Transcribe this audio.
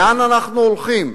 לאן אנחנו הולכים?